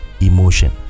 emotion